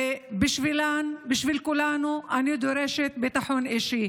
ובשבילן, בשביל כולנו, אני דורשת ביטחון אישי.